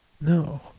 No